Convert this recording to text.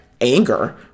anger